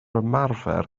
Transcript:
ymarfer